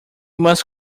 must